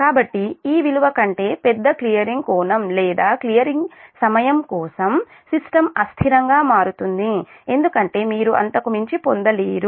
కాబట్టి ఈ విలువ కంటే పెద్ద క్లియరింగ్ కోణం లేదా క్లియరింగ్ సమయం కోసం సిస్టమ్ అస్థిరంగా మారుతుంది ఎందుకంటే మీరు అంతకు మించి పొందలేరు